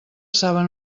saben